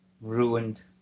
Ruined